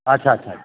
अच्छा अच्छा अच्छा